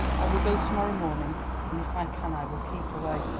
i will go to-morrow morning and, if i can, i will keep away.